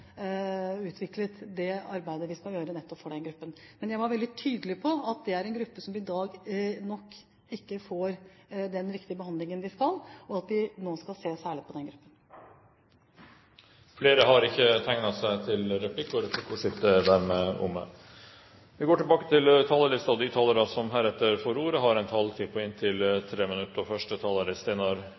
skal gjøre nettopp for den gruppen. Jeg var veldig tydelig på at det er en gruppe som i dag nok ikke får en riktig behandling, og at vi nå skal se særlig på den gruppen. Replikkordskiftet er dermed omme. De talere som heretter får ordet, har en taletid på inntil 3 minutter. Først tre erfaringer fra et nylig avlagt komitébesøk i Nederland, nemlig at tidlig innsats er avgjørende for fraværsutviklingen, at ansvarliggjøring av arbeidsgiver er svært viktig for å forebygge og